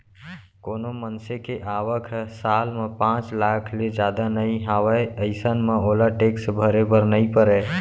कोनो मनसे के आवक ह साल म पांच लाख ले जादा नइ हावय अइसन म ओला टेक्स भरे बर नइ परय